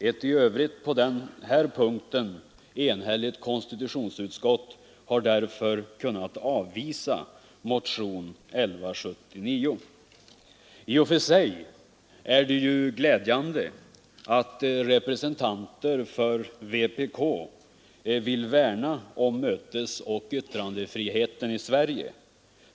Ett i övrigt på den här punkten enhälligt konstitutionsutskott har därför kunnat avstyrka motionen 1179. I och för sig är det ju glädjande att representanter för vpk vill värna om mötesoch yttrandefriheten i Sverige.